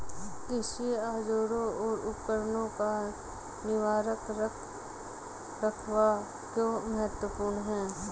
कृषि औजारों और उपकरणों का निवारक रख रखाव क्यों महत्वपूर्ण है?